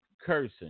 cursing